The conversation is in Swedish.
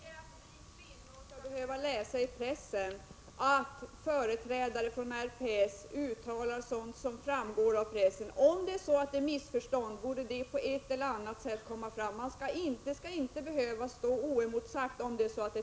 Fru talman! Det räcker att vi kvinnor skall behöva läsa i pressen att företrädare för RPS gör ett sådant uttalande som det här gäller. Om det är ett missförstånd, bör detta på ett eller annat sätt komma fram. Då skall uttalandet inte behöva stå oemotsagt.